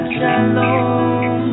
Shalom